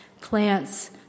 plants